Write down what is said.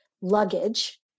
luggage